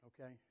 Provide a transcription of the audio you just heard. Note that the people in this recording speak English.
okay